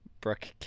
Brooke